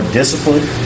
discipline